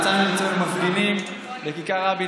יצאנו עם עשרות מפגינים לכיכר רבין,